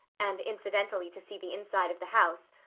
and incidentally to see the inside of the house.